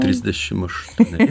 trisdešim aštuoni